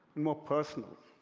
more personal.